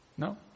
No